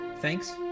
Thanks